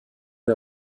wir